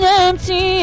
empty